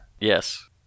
Yes